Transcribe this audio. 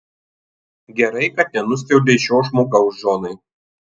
gerai kad nenuskriaudei šio žmogaus džonai